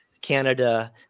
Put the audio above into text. Canada